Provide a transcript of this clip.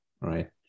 right